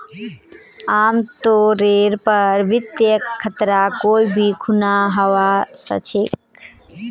आमतौरेर पर वित्तीय खतरा कोई भी खुना हवा सकछे